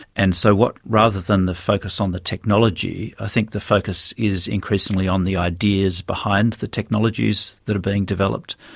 and so rather than the focus on the technology, i think the focus is increasingly on the ideas behind the technologies that are being developed,